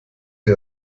wer